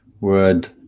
word